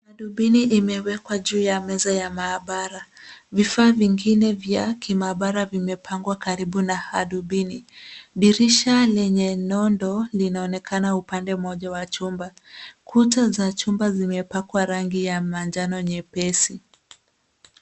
Hadubini imewekwa juu ya meza ya maabara. Vifaa vingine vya kimaabara vimepangwa karibu na hadubini. Dirisha lenye nondo linaonekana upande mmoja wa chumba. Kuta za chumba zimepakwa rangi ya manjano nyepesi.